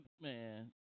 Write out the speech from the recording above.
Man